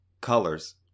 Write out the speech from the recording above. colors